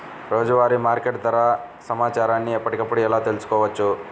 రోజువారీ మార్కెట్ ధర సమాచారాన్ని ఎప్పటికప్పుడు ఎలా తెలుసుకోవచ్చు?